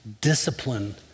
discipline